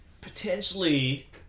potentially